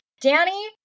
Danny